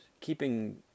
keeping